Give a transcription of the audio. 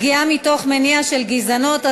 פגיעה מתוך מניע של גזענות),